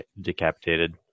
decapitated